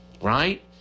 right